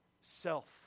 self